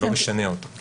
לא משנה אותו.